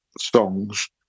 songs